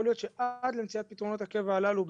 יכול להיות שעד למציאת פתרונות הקבע הללו,